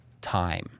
time